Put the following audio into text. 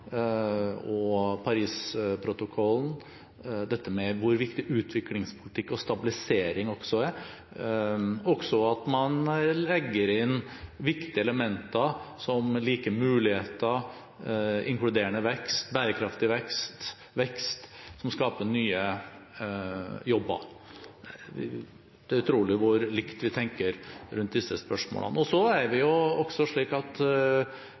og Paris-protokollen, dette med hvor viktig utviklingspolitikk og stabilisering er, og også at man legger inn viktige elementer som like muligheter, bærekraftig vekst – vekst som skaper nye jobber. Det er utrolig hvor likt vi tenker rundt disse spørsmålene. Menneskerettigheter er viktig. Den dialogen vi